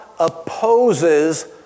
opposes